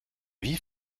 vif